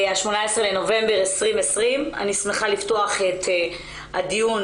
ה-18 בנובמבר 2020. אני שמחה לפתוח את הדיון